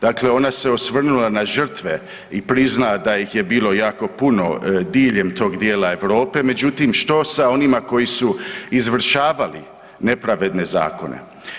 Dakle, ona se osvrnula na žrtve i prizna da ih je bilo jako puno diljem tog dijela Europe, međutim, što sa onima koji su izvršavali nepravedne zakone?